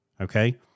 okay